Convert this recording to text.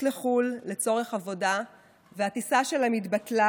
לחו"ל לצורך עבודה והטיסה שלהם התבטלה,